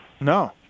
No